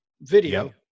video